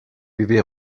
vivait